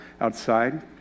outside